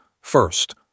First